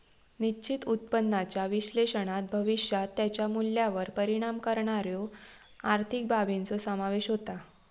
निश्चित उत्पन्नाच्या विश्लेषणात भविष्यात त्याच्या मूल्यावर परिणाम करणाऱ्यो आर्थिक बाबींचो समावेश होता